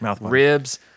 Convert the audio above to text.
ribs